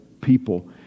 people